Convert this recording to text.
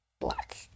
black